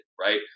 right